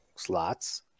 slots